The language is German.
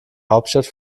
hauptstadt